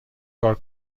کار